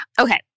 Okay